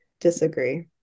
disagree